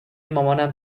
مامانم